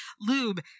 lube